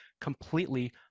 completely